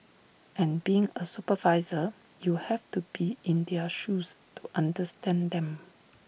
and being A supervisor you have to be in their shoes to understand them